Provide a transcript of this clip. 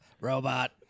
robot